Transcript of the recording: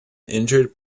injured